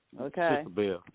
Okay